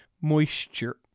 moisture